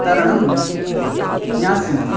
तरणं ज्ञास्यन्ति